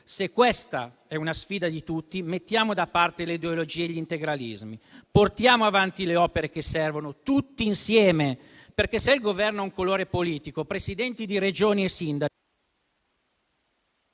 Se questa è una sfida di tutti, mettiamo da parte le ideologie e gli integralismi. Portiamo avanti le opere che servono tutti insieme perché, se il Governo ha un colore politico, Presidenti di Regione e sindaci